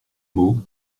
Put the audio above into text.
mots